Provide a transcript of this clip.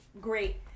great